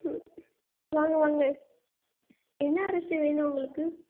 ம் வாங்க வாங்க என்ன அரிசி வேணும் உங்களுக்கு